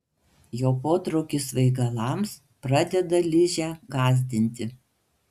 jo potraukis svaigalams pradeda ližę gąsdinti